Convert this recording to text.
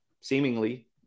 seemingly